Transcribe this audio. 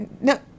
no